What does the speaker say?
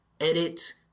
edit